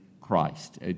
Christ